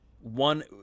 one